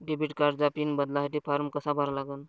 Debit कार्डचा PIN बदलासाठी form कसा भरा लागन?